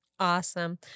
Awesome